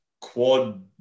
quad